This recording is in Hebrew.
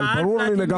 אבל ברור לי לגמרי.